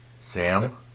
Sam